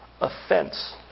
offense